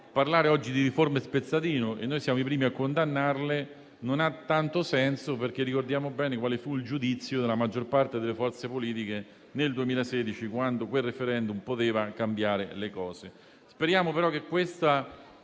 parlare oggi di riforme spezzatino - che noi siamo i primi a condannare - non ha tanto senso, perché ricordiamo bene quale fu il giudizio della maggior parte delle forze politiche nel 2016, quando quel *referendum* poteva cambiare le cose.